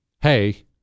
Hey